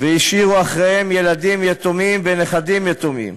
והשאירו אחריהם ילדים יתומים ונכדים יתומים.